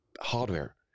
hardware